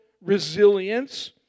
resilience